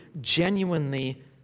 genuinely